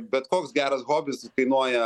bet koks geras hobis kainuoja